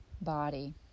body